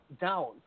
down